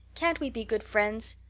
can't we be good friends?